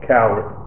Coward